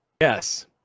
Yes